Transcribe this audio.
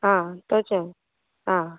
आं तशें आं